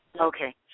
Okay